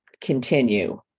continue